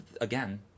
again